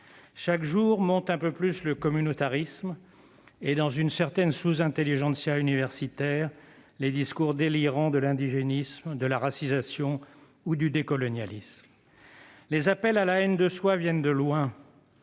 Chaque jour monte un peu plus le communautarisme et, dans une certaine sous-intelligentsia universitaire, les discours délirants de l'indigénisme, de la racisation ou du décolonialisme. Les appels à la haine de soi viennent de loin.